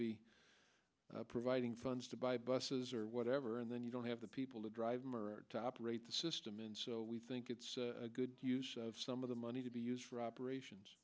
be providing funds to buy buses or whatever and then you don't have the people to drive to operate the system and so we think it's a good some of the money to be used for operations